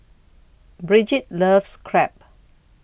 Brigitte loves Crepe